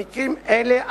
במקרים אלה,